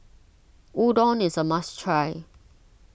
Udon is a must try